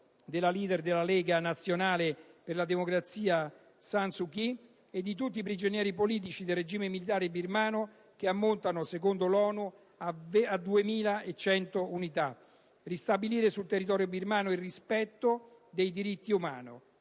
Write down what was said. della leader della Lega nazionale per la democrazia Aung San Suu Kyi e di tutti i prigionieri politici del regime militare birmano, che ammontano, secondo l'ONU, a 2.100 unità, e di ristabilire sul territorio birmano il rispetto dei diritti umani.